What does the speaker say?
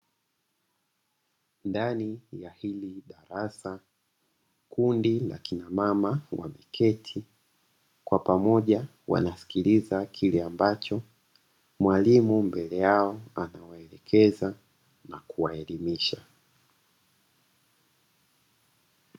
Ndani ya hili darasa kundi la kina mama wameketi kwa pamoja wanasikiliza kile ambacho mwalimu mbele yao anawaelekeza na kuwaelimisha.